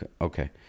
Okay